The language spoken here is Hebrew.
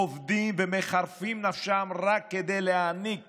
עובדים ומחרפים נפשם רק כדי להעניק